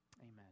Amen